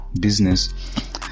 business